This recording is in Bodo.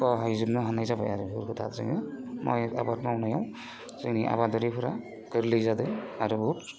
बाहायजोबनो हानाय जाबाय आरो बेफोरखौ दा जोङो माइ आबाद मावनायाव जोंनि आबादारिफोरा गोरलै जादों आरोबाव